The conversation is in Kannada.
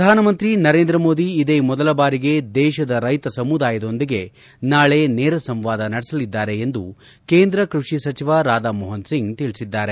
ಪ್ರಧಾನಮಂತ್ರಿ ನರೇಂದ್ರ ಮೋದಿ ಇದೇ ಮೊದಲ ಬಾರಿಗೆ ದೇಶದ ರೈತ ಸಮುದಾಯದೊಂದಿಗೆ ನಾಳೆ ನೇರ ಸಂವಾದ ನಡೆಸಲಿದ್ದಾರೆ ಎಂದು ಕೇಂದ್ರ ಕೃಷಿ ಸಚಿವ ರಾಧಾ ಮೋಹನ್ ಸಿಂಗ್ ತಿಳಿಸಿದ್ದಾರೆ